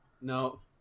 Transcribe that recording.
No